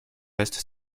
reste